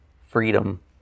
freedom